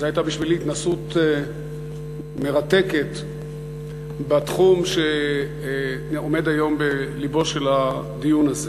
זו הייתה בשבילי התנסות מרתקת בתחום שעומד היום בלבו של הדיון הזה,